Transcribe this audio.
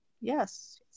yes